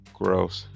gross